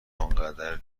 اونقدر